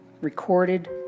recorded